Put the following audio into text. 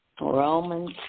Romans